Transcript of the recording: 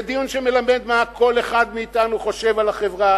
זה דיון שמלמד מה כל אחד מאתנו חושב על החברה,